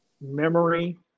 memory